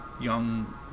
young